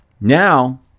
Now